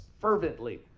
fervently